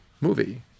movie